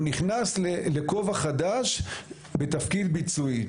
הוא נכנס לכובע חדש בתפקיד ביצועי.